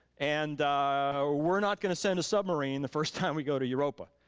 and we're not gonna send a submarine the first time we go to europa.